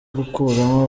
gukuramo